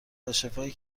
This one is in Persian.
کاشفایی